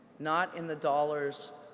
not in the dollars,